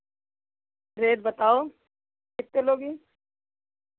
rate बताओ कितने लोगी